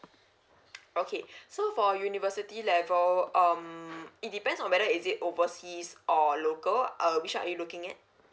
okay so for university level um it depends on whether is it overseas or local uh which one are you looking at